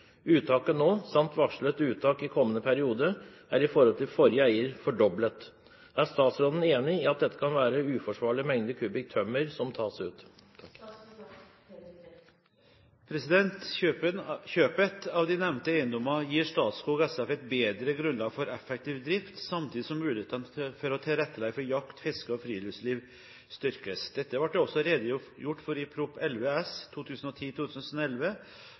Uttaket nå, samt varslet uttak i kommende periode, er i forhold til forrige eier fordoblet. Er statsråden enig i at dette kan være uforsvarlig mengde kubikk tømmer som tas ut?» Kjøpet av de nevnte eiendommene gir Statskog SF et bedre grunnlag for effektiv drift, samtidig som mulighetene for å tilrettelegge for jakt, fiske og friluftsliv styrkes. Dette ble det også redegjort for i Prop. 11 S